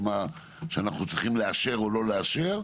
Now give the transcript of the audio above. שאנחנו צריכים לאשר או לא לאשר,